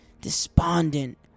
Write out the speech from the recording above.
despondent